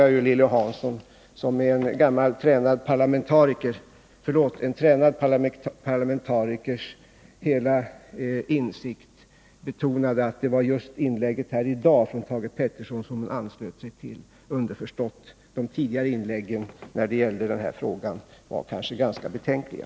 Jag utgår från att Lilly Hansson —som med en tränad parlamentarikers hela insikt betonade att det var just inlägget här i dag av Thage Peterson som hon anslöt sig till — underförstått menade att de tidigare inläggen när det gällde den här frågan varit ganska betänkliga.